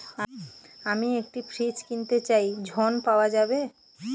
আমি একটি ফ্রিজ কিনতে চাই ঝণ পাওয়া যাবে?